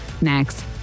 next